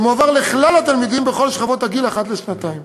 שמועבר לכלל התלמידים בכל שכבות הגיל אחת לשנתיים.